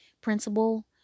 principal